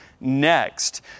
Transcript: next